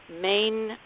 main